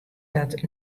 dat